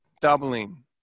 doubling